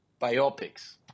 biopics